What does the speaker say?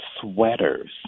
sweaters